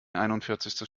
einundvierzigstes